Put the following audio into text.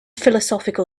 philosophical